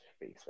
face